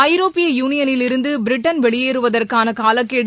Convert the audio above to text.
ஐரோப்பிய யூளியனில் இருந்து பிரிட்டன் வெளியேறுவதற்கான காலக்கெடு